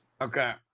Okay